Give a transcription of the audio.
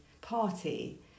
party